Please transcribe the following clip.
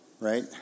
right